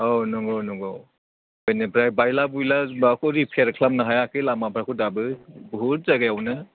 औ नंगौ नंगौ बेनिफ्राय बायला बुयला माबाखौ रिपेयार खालामनो हायाखै लामाफोरखौ दाबो बहुद जायगायावनो